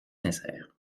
sincères